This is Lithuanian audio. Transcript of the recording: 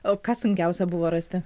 o ką sunkiausia buvo rasti